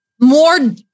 more